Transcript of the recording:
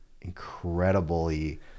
incredibly